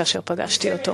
כאשר פגשתי אותו.